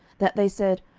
that they said,